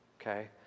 okay